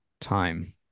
time